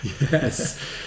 yes